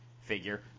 figure